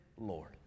Lord